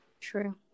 True